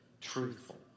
truthful